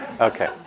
Okay